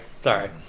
Sorry